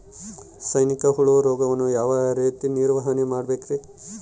ಸೈನಿಕ ಹುಳು ರೋಗವನ್ನು ಯಾವ ರೇತಿ ನಿರ್ವಹಣೆ ಮಾಡಬೇಕ್ರಿ?